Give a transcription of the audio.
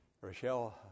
Rochelle